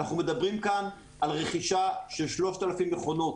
אנחנו מדברים כאן על רכישה של 3,000 מכונות.